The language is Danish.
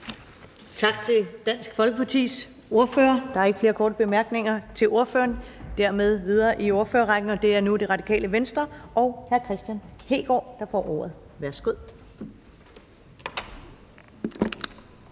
Tak til Dansk Folkepartis ordfører. Der er ikke flere korte bemærkninger til ordføreren. Dermed går vi videre i ordførerrækken, og det er nu Det Radikale Venstre og hr. Kristian Hegaard, der får ordet. Værsgo.